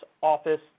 office